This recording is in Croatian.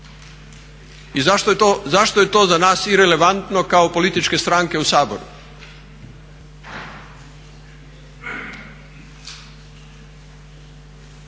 I zašto je to za nas irelevantno kao političke stranke u Saboru?